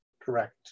Correct